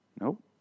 Nope